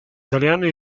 italiane